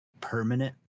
permanent